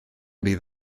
bydd